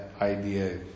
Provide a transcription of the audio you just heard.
idea